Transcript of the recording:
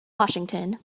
washington